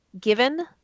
given